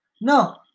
no